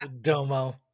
Domo